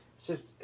just,